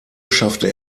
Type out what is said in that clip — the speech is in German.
schaffte